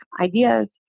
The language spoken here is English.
ideas